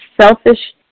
selfish